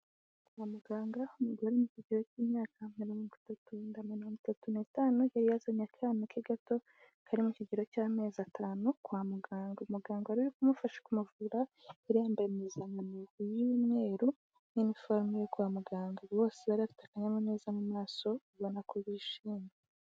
Kwa muganga umugore uri mu kigero k'imyaka mirongo itatu na mirongo itatu n'itanu, yari yazanye akana ke gato kari mu kigero cy'amezi atanu kwa muganga, umuganga wari uri ku mufashe kumuvura yari yambaye impuzankano y'umweru na iniforume yo kwa muganga, bose bari bafite akanyamuneza mu maso ubona ko bishimye.